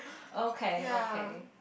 okay okay